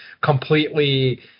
completely